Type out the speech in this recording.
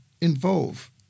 involve